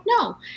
no